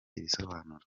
ibisobanuro